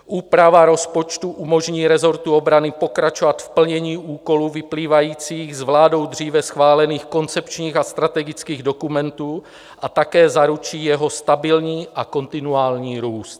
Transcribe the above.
Úprava rozpočtu umožní resortu obrany pokračovat v plnění úkolů vyplývajících s vládou dříve schválených koncepčních a strategických dokumentů a také zaručí jeho stabilní a kontinuální růst.